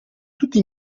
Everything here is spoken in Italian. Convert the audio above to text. tutti